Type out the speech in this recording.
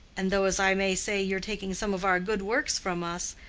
and though, as i may say, you're taking some of our good works from us,